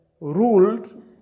ruled